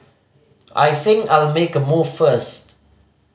I think I'll make a move first